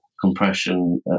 compression